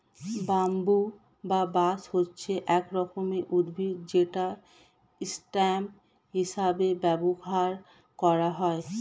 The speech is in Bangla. ব্যাম্বু বা বাঁশ হচ্ছে এক রকমের উদ্ভিদ যেটা স্টেম হিসেবে ব্যবহার করা হয়